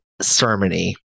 ceremony